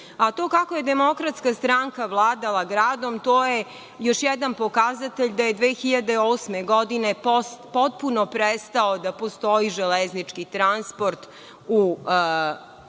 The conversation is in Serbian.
kako je DS vladala gradom, to je još jedan pokazatelj da je 2008. godine potpuno prestao da postoji železnički transport u Kruševcu.